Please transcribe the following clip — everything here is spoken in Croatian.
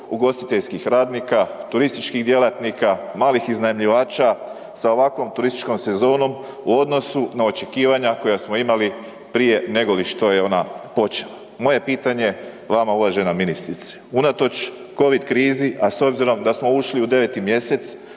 ugostiteljskih radnika, turističkih djelatnika, malih iznajmljivača sa ovakvom turističkom sezonom u odnosu na očekivanja koja smo imali prije negoli što je ona počela. Moje pitanje vama uvažena ministrice, unatoč COVID krizi, a s obzirom da smo uči u 9. mjesec